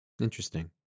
Interesting